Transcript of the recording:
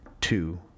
two